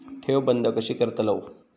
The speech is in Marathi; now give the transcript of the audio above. ठेव बंद कशी करतलव?